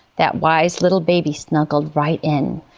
that wise little baby snuggled right in,